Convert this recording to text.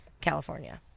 California